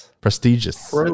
Prestigious